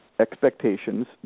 expectations